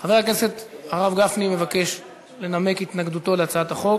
חבר הכנסת הרב גפני מבקש לנמק התנגדותו להצעת החוק.